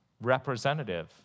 representative